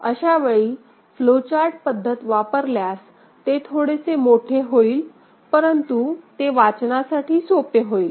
अशावेळी flow chart पद्धत वापरल्यास ते थोडेसे मोठे होईल परंतु ते वाचनासाठी सोपे होईल